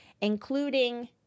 including